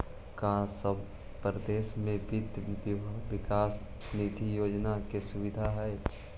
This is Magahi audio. का सब परदेश में वित्त विकास निधि योजना के सुबिधा हई?